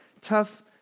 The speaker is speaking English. tough